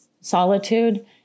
solitude